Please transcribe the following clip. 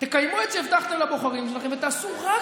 תקיימו את שהבטחתם לבוחרים שלכם ותעשו רק